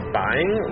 buying